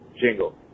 jingle